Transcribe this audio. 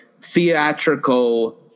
theatrical